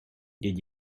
did